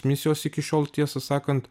misijos iki šiol tiesą sakant